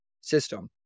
system